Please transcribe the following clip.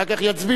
אחר כך יצביעו,